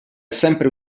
sempre